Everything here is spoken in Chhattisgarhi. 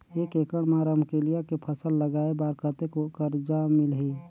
एक एकड़ मा रमकेलिया के फसल लगाय बार कतेक कर्जा मिलही?